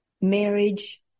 marriage